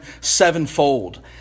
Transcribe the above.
sevenfold